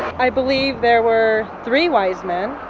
i believe there were three wise men.